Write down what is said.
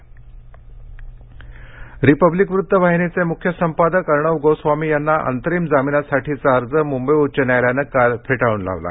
गोस्वामीजामीन Republic वृत्त वाहिनीचे मुख्य संपादक अर्णब गोस्वामी यांना अंतरिम जामिनासाठीचा अर्ज मुंबई उच्च न्यायालयानं काल फेटाळून लावला